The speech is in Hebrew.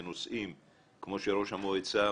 ונוסעים כמו שראש המועצה אמר,